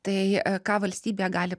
tai ką valstybė gali